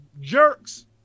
jerks